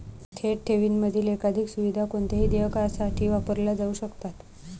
थेट ठेवींमधील एकाधिक सुविधा कोणत्याही देयकासाठी वापरल्या जाऊ शकतात